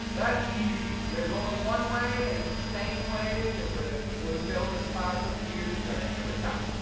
that's easy. there's only one way, and it's the same way that the people who have failed this class over the years have done it every time.